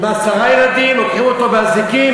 עם עשרה ילדים, לוקחים אותו באזיקים.